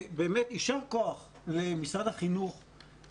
ובאמת יישר כוח למשרד החינוך,